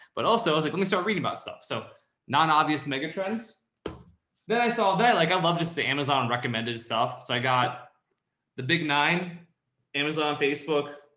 but also i was like, let me start reading about stuff. so non-obvious megatrends. then i saw that like, i love just the amazon recommended itself. so i got the big nine amazon facebook,